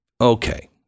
Okay